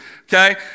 Okay